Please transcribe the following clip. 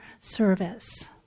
service